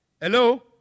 Hello